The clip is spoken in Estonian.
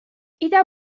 ida